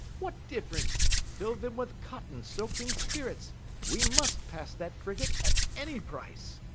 what difference! fill them with cotton soaked in spirits we must pass that frigate at any price.